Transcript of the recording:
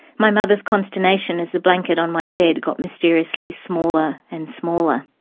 my mother's consternation as the blanket on my bed got mysteriously smaller and smaller.